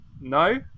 No